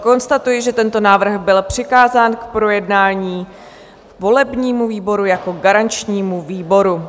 Konstatuji, že tento návrh byl přikázán k projednání volebnímu výboru jako garančnímu výboru.